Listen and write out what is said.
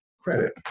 credit